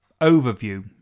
overview